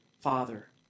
father